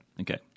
Okay